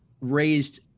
raised